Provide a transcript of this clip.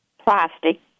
plastic